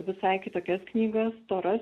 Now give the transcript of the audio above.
visai kitokias knygas storas